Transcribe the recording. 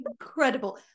incredible